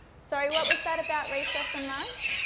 sorry, what was that about recess and lunch?